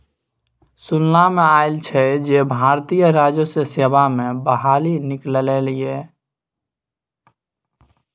सुनला मे आयल छल जे भारतीय राजस्व सेवा मे बहाली निकललै ये